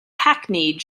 hackneyed